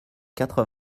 quatre